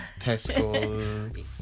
Tesco